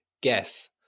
guess